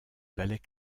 ballet